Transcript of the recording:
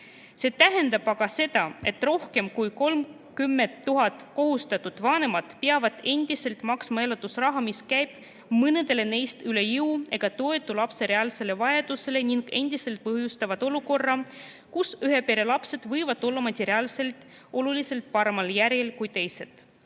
See tähendab aga seda, et rohkem kui 30 000 kohustatud vanemat peavad endiselt maksma elatusraha, mis käib mõnedele neist üle jõu ega toetu lapse reaalsele vajadusele ning endiselt põhjustab olukorra, kus ühe pere lapsed võivad olla materiaalselt oluliselt paremal järjel kui teised.